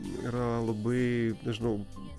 yra labai nežinau